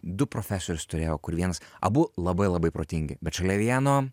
du profesorius turėjo kur vienas abu labai labai protingi bet šalia vieno